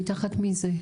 מי, תחת מי זה?